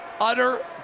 utter